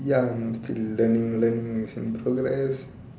ya I'm still learning learning is in progress